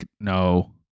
no